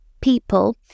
people